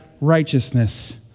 righteousness